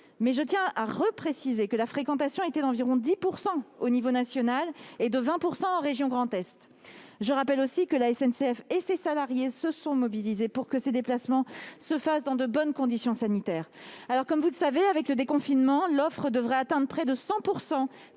mais je tiens à préciser que la fréquentation était d'environ 10 % au niveau national et de 20 % en région Grand Est. Je rappelle aussi que la SNCF et ses salariés se sont mobilisés pour que ces déplacements se fassent dans de bonnes conditions sanitaires. Comme vous le savez, grâce au déconfinement, l'offre devrait atteindre près de 100